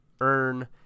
earn